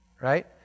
right